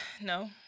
No